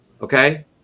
Okay